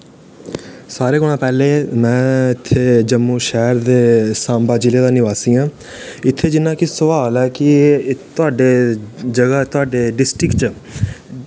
सारें कोला पैह्लें मैं जम्मू शैह्र दे सांबा जिले दा निवासी आं इत्थें जियां कि सोआल ऐ कि तुआढे जगह तुआढे डिस्टिक च